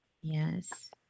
Yes